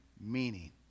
meaning